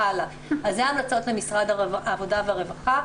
אלה ההמלצות למשרד העבודה והרווחה.